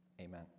Amen